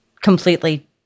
completely